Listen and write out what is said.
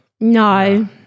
No